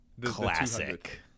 Classic